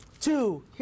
Two